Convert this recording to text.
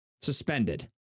suspended